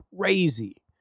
crazy